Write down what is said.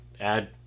add